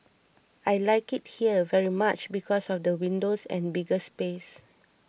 I like it here very much because of the windows and bigger space